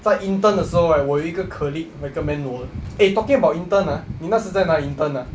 在 intern 的时候 right 我有一个 colleague recommend 我的 eh talking about intern ah 你那时在哪里 intern ah